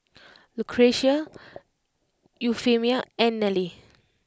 Lucretia Euphemia and Nellie